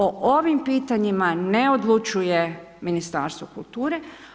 O ovim pitanjima, ne odlučuje Ministarstvo kulture.